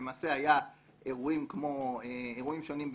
אירועים שונים,